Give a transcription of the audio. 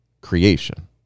creation